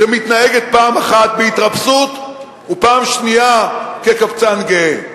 שמתנהגת פעם אחת בהתרפסות ופעם שנייה כקבצן גאה.